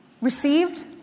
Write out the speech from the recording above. received